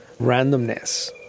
Randomness